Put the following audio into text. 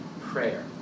prayer